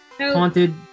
haunted